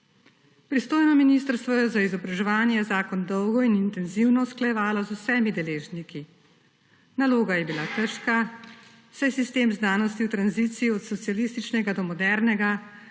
Pristojno ministrstvo za izobraževanje je zakon dolgo in intenzivno usklajevalo z vsemi deležniki. Naloga je bila težka, saj je sistem znanosti v tranziciji od socialističnega do modernega